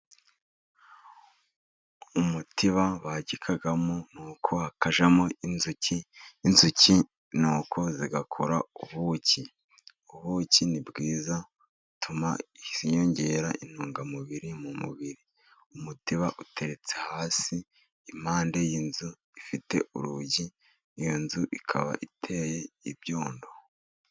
Umutiba bagikamo, ni uko hakajyamo inzuki, inzuki ni uko zigakora ubuki. Ubuki ni bwiza, butuma hiyongera intungamubiri mu mubiri. Umutiba uteretse hasi, impande y'inzu ifite urugi, iyo nzu ikaba iteye ibyondo.